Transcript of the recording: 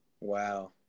Wow